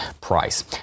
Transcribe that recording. price